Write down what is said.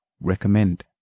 recommend